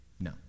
No